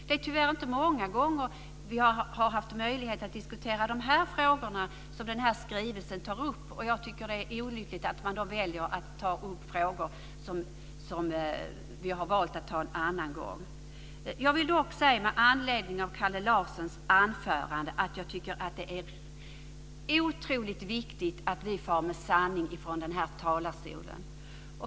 Det är tyvärr inte många gånger vi har haft möjlighet att diskutera de frågor som den här skrivelsen tar upp. Jag tycker att det är olyckligt att man väljer att ta upp frågor som vi har valt att ta en annan gång. Jag vill dock med anledning av Kalle Larssons anförande säga att jag tycker att det är otroligt viktigt att vi far med sanning från den här talarstolen.